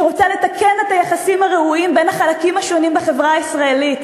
שרוצה לתקן את היחסים הרעועים בין החלקים השונים בחברה הישראלית,